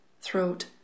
throat